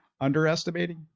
underestimating